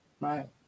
Right